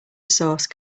source